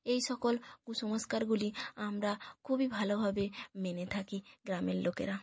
এই সকল কুসংস্কারগুলি আমরা খুবই ভালোভাবে মেনে থাকি গ্রামের লোকেরা